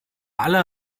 alle